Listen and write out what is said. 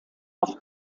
auf